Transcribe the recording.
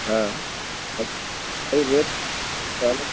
हाँ अरे रेट पहले